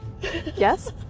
Yes